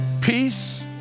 peace